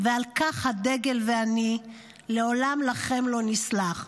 ועל כך הדגל ואני לעולם / לכם לא נסלח.